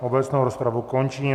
Obecnou rozpravu končím.